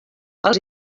els